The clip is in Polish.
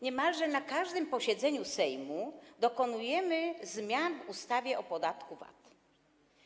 Niemalże na każdym posiedzeniu Sejmu dokonujemy zmian w ustawie o podatku VAT.